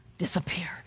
disappeared